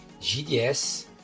GDS